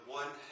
one